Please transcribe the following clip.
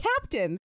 Captain